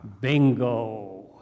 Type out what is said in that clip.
Bingo